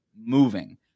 moving